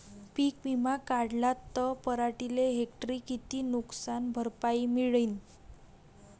पीक विमा काढला त पराटीले हेक्टरी किती नुकसान भरपाई मिळीनं?